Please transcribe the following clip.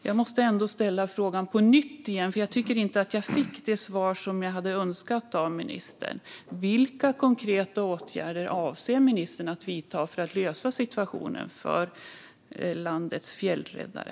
Jag måste därför ställa frågan på nytt, för jag tycker inte att jag fick det svar jag hade önskat av ministern: Vilka konkreta åtgärder avser ministern att vidta för att lösa situationen för landets fjällräddare?